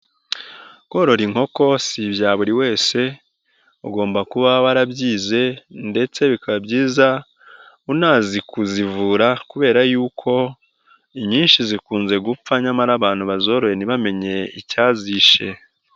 Korora inkoko si ibya buri wese, ugomba kuba warabyize ndetse bikaba byiza unazi kuzivura kubera yuko inyinshi zikunze gupfa, nyamara abantu bazoroye ntibamenye icyazishe.